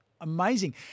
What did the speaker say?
amazing